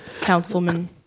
Councilman